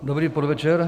Dobrý podvečer.